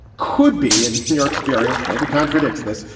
could. b, in your experience, maybe contradicts this,